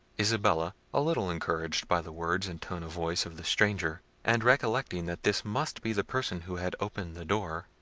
isabella, a little encouraged by the words and tone of voice of the stranger, and recollecting that this must be the person who had opened the door,